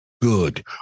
Good